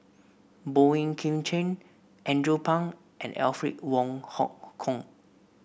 Boey Kim Cheng Andrew Phang and Alfred Wong Hong Kwok